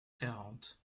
quarante